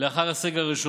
לאחר הסגר הראשון,